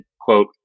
quote